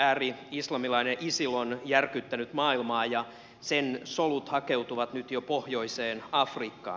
ääri islamilainen isil on järkyttänyt maailmaa ja sen solut hakeutuvat nyt jo pohjoiseen afrikkaan